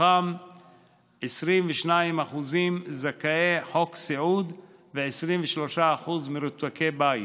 מתוכם 22% זכאי חוק סיעוד ו-23% מרותקי בית.